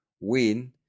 win